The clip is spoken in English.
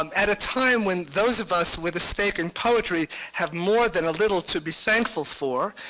um at a time when those of us with a stake in poetry have more than a little to be thankful for,